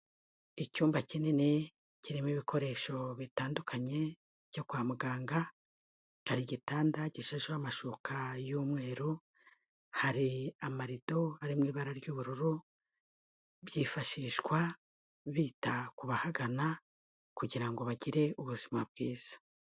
Icyumba kinini kirimo ibikoresho bitandukanye byo kwa muganga, hari igitanda gishasheho amashuka y'umweru, hari amarido ari mu ibara ry'ubururu, byifashishwa bita ku bahagana kugira ngo bagire ubuzima bwiza.